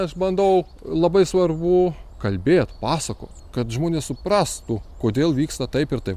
aš bandau labai svarbu kalbėt pasakot kad žmonės suprastų kodėl vyksta taip ir taip